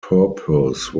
purpose